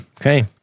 Okay